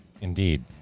Indeed